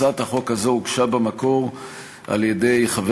הצעת החוק הזו הוגשה במקור על-ידי חבר